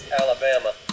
Alabama